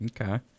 Okay